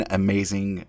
amazing